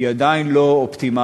היא עדיין לא אופטימלית,